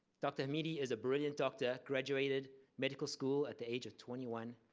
dr. hamidi is a brilliant doctor graduated medical school at the age of twenty one.